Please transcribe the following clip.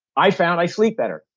i found i sleep better.